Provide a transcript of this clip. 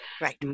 right